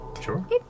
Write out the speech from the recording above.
Sure